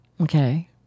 Okay